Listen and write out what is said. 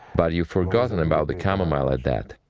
but you forgot and about the chamomile at that.